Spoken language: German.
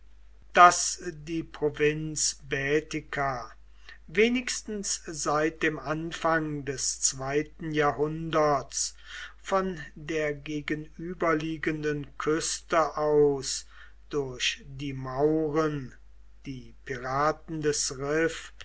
daß die provinz baetica wenigstens seit dem anfang des zweiten jahrhunderts von der gegenüberliegenden küste aus durch die mauren die piraten des